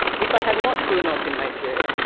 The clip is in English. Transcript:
if i had not grown up in nigeria,